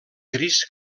gris